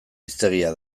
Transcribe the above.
hiztegia